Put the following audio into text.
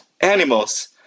animals